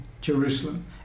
Jerusalem